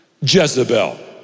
Jezebel